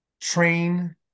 train